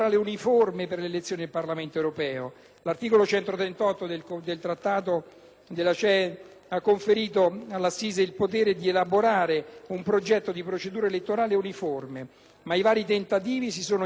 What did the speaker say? ha conferito all'assise il potere di elaborare un progetto di procedura elettorale uniforme, ma i vari tentativi si sono inesorabilmente scontrati con il Consiglio dei ministri e, in particolare, con il suo paralizzante voto all'unanimità.